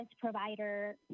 provider